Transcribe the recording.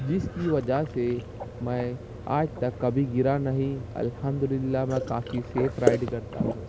جس کی وجہ سے میں آج تک کبھی گرا نہیں الحمد للہ میں کافی سیف رائڈ کرتا ہوں